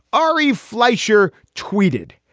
ari fleischer tweeted,